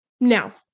Now